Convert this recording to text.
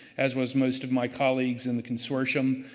as well as most of my colleagues in the consortium.